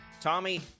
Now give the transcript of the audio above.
Tommy